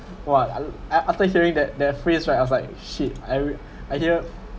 !wah! af~ after hearing that that phrase right I was like shit I I hear